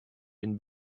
been